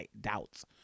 doubts